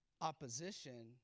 opposition